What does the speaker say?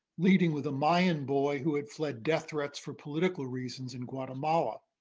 leading with a mayan boy who had fled death threats for political reasons in guatemala.